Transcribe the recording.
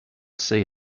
see